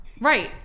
Right